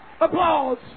Applause